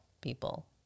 people